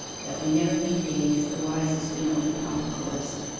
that we never meet again is the wisest and only proper course.